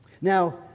Now